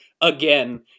again